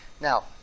Now